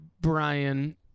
Brian